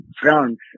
France